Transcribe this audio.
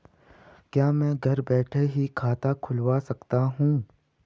क्या मैं घर बैठे ही खाता खुलवा सकता हूँ?